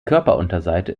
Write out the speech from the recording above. körperunterseite